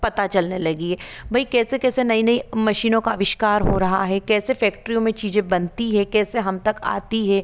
पता चलाने लगी है भाई कैसे कैसे नई नई मशीनों का आविष्कार हो रहा है कैसे फैक्ट्रियों में चीज़ें बनती है कैसे हम तक आती है